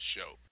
Show